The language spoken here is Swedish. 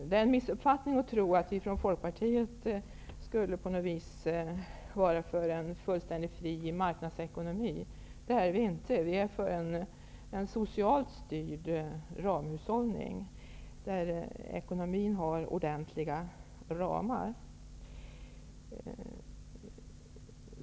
Det är en missuppfattning att tro att vi från Folkpartiet på något vis skulle vara för en fullständigt fri marknadsekonomi. Det är vi inte. Vi är för en socialt styrd ramhushållning, där ekonomin har ordentliga ramar.